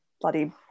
bloody